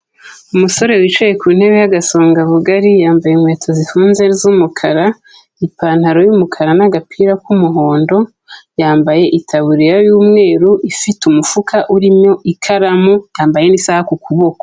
Umusore wicaye ku ntebe y'agasongabugari, yambaye inkweto zifunze z'umukara, ipantaro y'umukara n'agapira k'umuhondo, yambaye itaburiya y'umweru ifite umufuka urimo ikaramu, yambaye n'isaha ku kuboko.